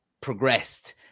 progressed